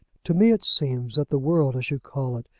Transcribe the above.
to me it seems that the world, as you call it,